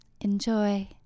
Enjoy